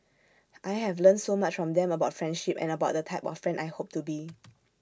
I have learnt so much from them about friendship and about the type of friend I hope to be